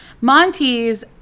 Monty's